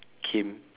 Kim